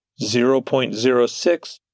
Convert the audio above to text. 0.06